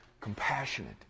compassionate